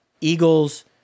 Eagles